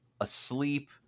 asleep